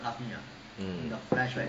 mm